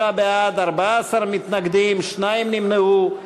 חברי הכנסת, 33 בעד, 14 מתנגדים, שניים נמנעו.